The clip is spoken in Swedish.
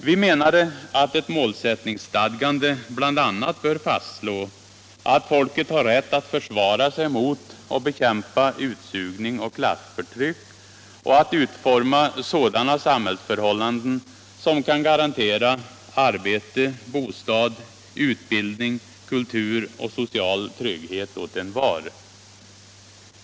Vi menade att ett målsättningsstadgande bl.a. bör fastslå att folket har rätt att försvara sig mot och bekämpa utsugning och klassförtryck och att utforma sådana samhällsförhållanden som kan garantera arbete. bostad, utbildning, kultur och social trygghet åt envar.